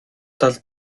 тал